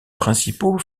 principaux